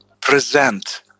present